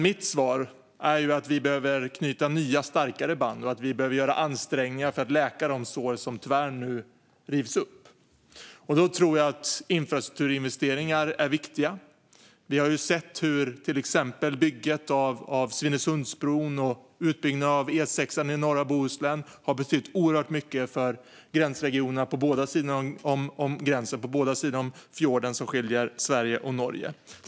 Mitt svar är att vi behöver knyta nya, starkare band och att vi behöver göra ansträngningar för att läka de sår som nu tyvärr rivs upp. Här tror jag att infrastruktur är viktiga. Vi har sett hur bygget av Svinesundsbron och utbyggnaden av E6 i norra Bohuslän har betytt oerhört mycket för gränsregionerna på båda sidor om fjorden som skiljer Sverige och Norge.